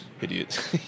idiots